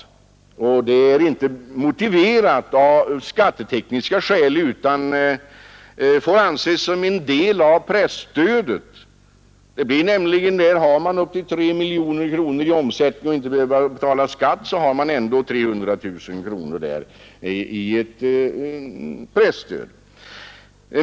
Detta bottenavdrag är inte motiverat av skattetekniska skäl utan får anses som en del av presstödet. Det blir nämligen mer. Har man upp till 3 miljoner kronor i omsättning och inte behöver betala skatt så har man ändå 300 000 kronor där som ett presstöd.